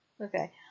Okay